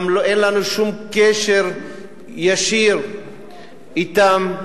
וגם אין לנו קשר ישיר אתן.